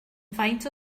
faint